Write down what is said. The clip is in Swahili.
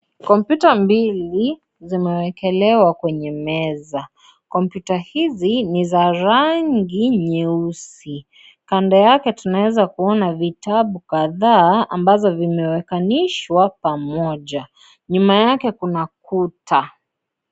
Kompyuta mbili zimewekelewa kwenye meza, kompyuta hizi ni za rangi nyeusi kando yake tunaweza kuona vitabu kadhaa ambazo vimewekanishwa pamoja nyuma yake kuna kuta.